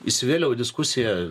įsivėliau į diskusiją